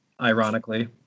ironically